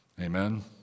Amen